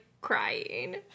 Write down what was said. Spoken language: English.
crying